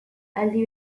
aldi